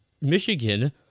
Michigan